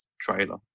trailer